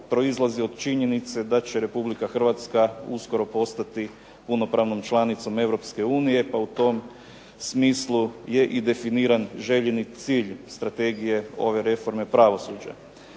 proizlazi od činjenice da će Republika Hrvatska uskoro postati punopravnom članicom Europske unije, pa u tom smislu je i definiran željeni cilj strategije ove reforme pravosuđa.